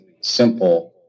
simple